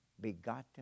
begotten